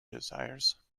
desires